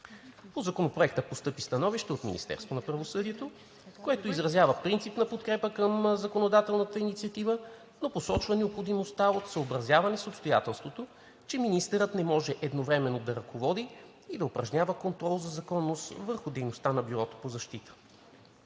По Законопроекта постъпи становище от Министерството на правосъдието, което изразява принципната подкрепа към законодателната инициатива, но посочва необходимостта от съобразяване с обстоятелството, че министърът не може едновременно да ръководи и да упражнява контрол за законност върху дейността на Бюрото по защита.